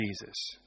Jesus